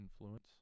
influence